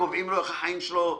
וקובעים לו איך החיים שלו ייראו.